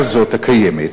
תודה.